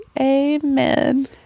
Amen